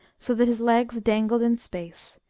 so that his legs dangled in space,